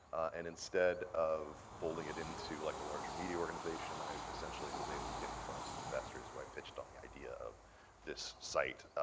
and instead of folding it into like a larger media organization, i essentially was able to get in front of some investors where i pitched on the idea of this site.